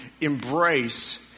embrace